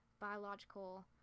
biological